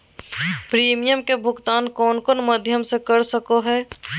Premium के भुक्तान कौन कौन माध्यम से कर सको है?